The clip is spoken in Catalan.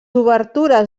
obertures